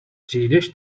přijdeš